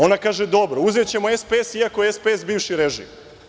Ona kaže – dobro, uzećemo SPS, iako je SPS bivši režim.